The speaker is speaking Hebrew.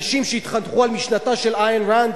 אנשים שהתחנכו על משנתה של איין ראנד,